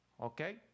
Okay